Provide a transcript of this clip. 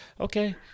Okay